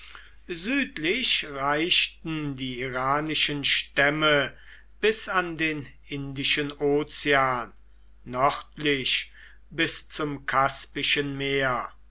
südlich reichten die iranischen stämme bis an den indischen ozean nördlich bis zum kaspischen meer